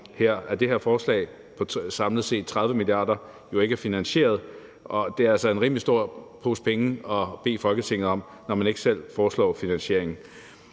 at det her forslag på samlet set 30 mia. kr. jo ikke er finansieret, og det er altså en rimelig stor pose penge at bede Folketinget om, når man ikke selv foreslår finansieringen.